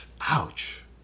Ouch